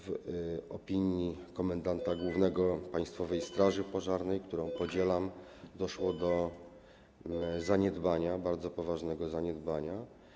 W opinii komendanta głównego państwowej straży pożarnej, którą podzielam, doszło do zaniedbania, bardzo poważnego zaniedbania.